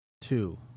two